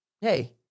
hey